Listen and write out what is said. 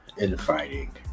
infighting